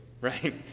right